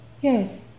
Yes